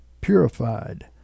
purified